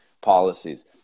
policies